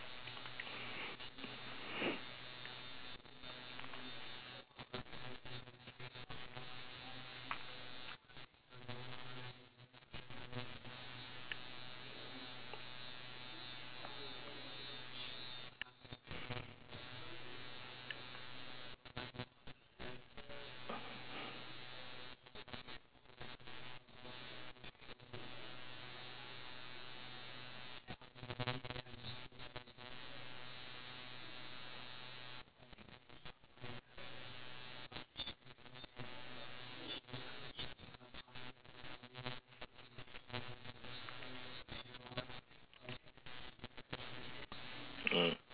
mm